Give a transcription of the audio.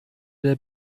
der